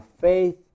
faith